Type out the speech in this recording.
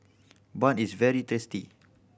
bun is very tasty